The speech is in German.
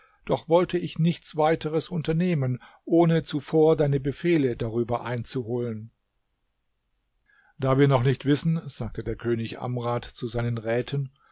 doch wollte ich nichts weiteres unternehmen ohne zuvor deine befehle darüber einzuholen da wir noch nicht wissen sagte der könig amrad zu seinen räten